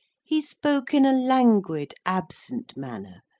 he spoke in a languid absent manner,